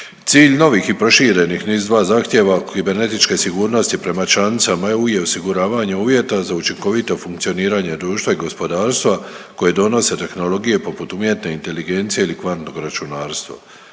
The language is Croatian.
Cilj novih i proširenih NIS-2 zahtjeva kibernetičke sigurnosti prema članicama EU je osiguravanje uvjeta za učinkovito funkcioniranje društva i gospodarstva koje donose tehnologije poput umjetne inteligencije ili kvantnog računarstva.